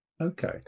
Okay